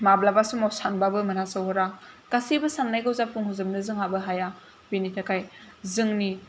माब्लाबा समाव सानबाबो मोनहा सौहरा गासिबो साननायखौ जाफुं होजोबनो जोंहाबो हाया बेनिथाखाय जोंनि